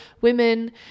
Women